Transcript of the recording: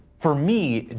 for me,